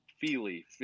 feely